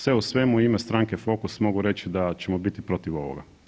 Sve u svemu u ime Stranke Fokus mogu reći da ćemo biti protiv ovoga.